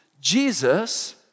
Jesus